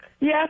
Yes